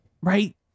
right